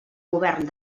govern